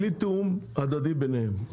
בלי תיאום הדדי ביניהם.